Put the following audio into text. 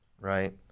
right